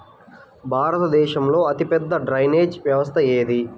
భారతదేశంలో అతిపెద్ద డ్రైనేజీ వ్యవస్థ ఏది?